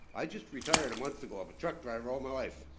i just retired a month ago, i'm a truck driver all my life.